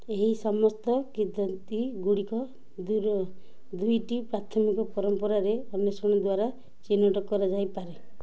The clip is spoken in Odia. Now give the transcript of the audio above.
ଏହି ସମସ୍ତ କିମ୍ବଦନ୍ତୀଗୁଡ଼ିକ ଦୁଇଟି ପ୍ରାଥମିକ ପରମ୍ପରାର ଅନ୍ୱେଷଣ ଦ୍ୱାରା ଚିହ୍ନଟ କରାଯାଇପାରେ